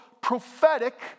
prophetic